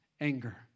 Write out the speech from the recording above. anger